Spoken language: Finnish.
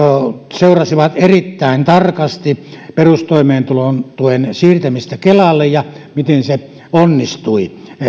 seurasivat erittäin tarkasti perustoimeentulotuen siirtämistä kelalle ja sitä miten se onnistui